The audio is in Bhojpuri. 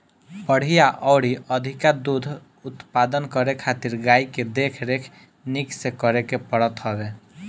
बढ़िया अउरी अधिका दूध उत्पादन करे खातिर गाई के देख रेख निक से करे के पड़त हवे